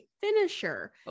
finisher